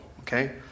Okay